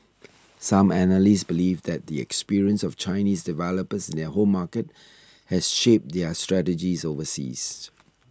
some analysts believe that the experience of Chinese developers their home market has shaped their strategies overseas